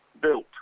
built